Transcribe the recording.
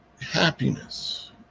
happiness